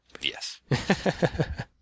Yes